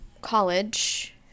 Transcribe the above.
college